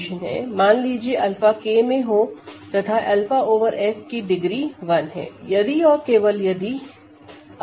मान लीजिए 𝛂 K में हो तथा 𝛂 ओवर F की डिग्री 1 है यदि और केवल यदि 𝛂 F में है